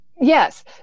Yes